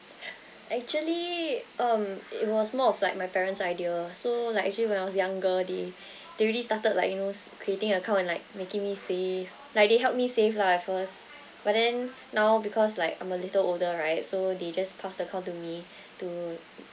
actually um it was more of like my parents' idea so like actually when I was younger they they already started like you knows creating account and like making me save like they helped me save lah at first but then now because like I'm a little older right so they just pass the call to me to